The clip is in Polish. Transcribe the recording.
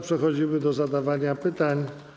Przechodzimy do zadawania pytań.